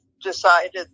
decided